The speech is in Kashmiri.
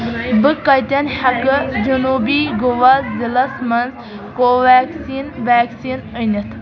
بہٕ کَتٮ۪ن ہیٚکہٕ جٔنوٗبی گَوا ضلعس مَنٛز کو ویکسیٖن ویکسیٖن أنِتھ